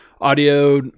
audio